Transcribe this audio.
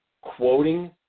quoting